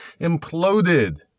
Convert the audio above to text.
imploded